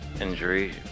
injury